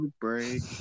break